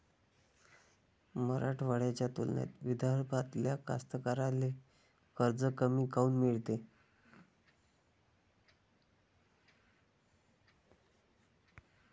मराठवाड्याच्या तुलनेत विदर्भातल्या कास्तकाराइले कर्ज कमी काऊन मिळते?